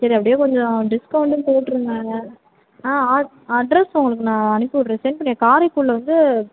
சரி அப்படியே கொஞ்சம் டிஸ்கவுண்ட்டும் போட்ருங்கங்க ஆ அட்ரெஸ் உங்களுக்கு நான் அனுப்பி விட்றேன் சென்ட் பண்ணுறேன் கரைக்குடியில வந்து